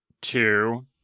two